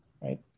right